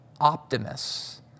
optimists